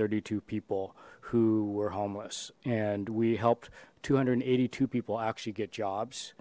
thirty two people who were homeless and we helped two hundred and eighty two people actually get jobs